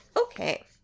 Okay